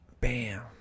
Bam